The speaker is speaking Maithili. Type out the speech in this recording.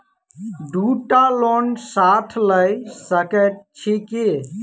दु टा लोन साथ लऽ सकैत छी की?